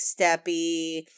Steppy